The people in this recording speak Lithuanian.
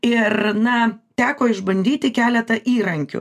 ir na teko išbandyti keletą įrankių